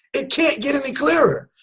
it can't get any clearer.